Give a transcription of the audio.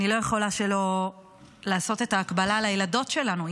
אני לא יכולה שלא לעשות את ההקבלה לילדות שלנו,